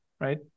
right